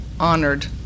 honored